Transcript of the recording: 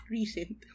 recent